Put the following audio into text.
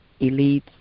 elites